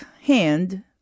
hand